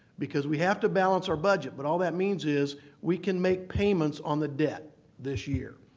because we have to balance our budget, but all that means is we can make payments on the debt this year.